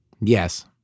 Yes